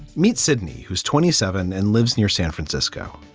meet sidney, who's twenty seven and lives near san francisco